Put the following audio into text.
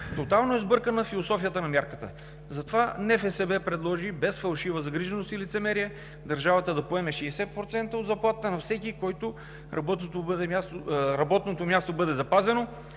Тотално е сбъркана философията на мярката. Затова НФСБ предложи без фалшива загриженост и лицемерие държавата да поема 60% от заплатата на всеки, на който работното му място бъде запазено,